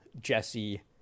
Jesse